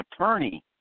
attorney